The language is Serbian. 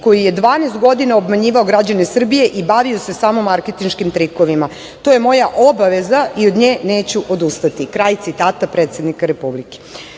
koji je 12 godina obmanjivao građane Srbije i bavio se samo marketinškim trikovima. To je moja obaveza i od nje neću odustati", kraj citata predsednika Republike. Ono